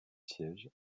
siège